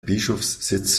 bischofssitz